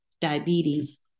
diabetes